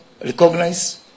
recognize